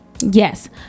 Yes